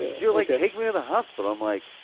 you're like, take me to the hospital. i'm like,